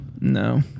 No